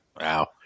Wow